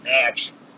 action